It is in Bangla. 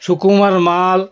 সুকুমার মাল